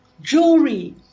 jewelry